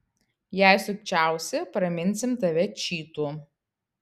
jei sukčiausi praminsim tave čytu